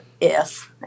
Yes